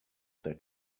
that